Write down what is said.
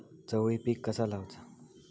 चवळी पीक कसा लावचा?